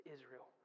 Israel